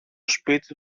σπίτι